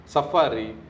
Safari